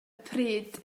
pryd